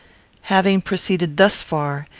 having proceeded thus far,